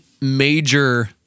major